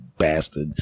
bastard